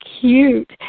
cute